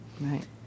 right